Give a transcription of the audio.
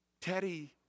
Teddy